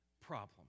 problem